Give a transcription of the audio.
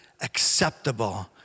acceptable